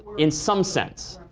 in some sense.